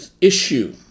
issue